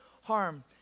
harm